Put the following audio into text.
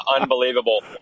Unbelievable